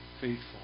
faithful